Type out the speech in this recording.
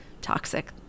toxic